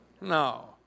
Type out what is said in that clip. No